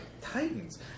titans